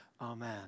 Amen